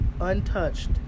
untouched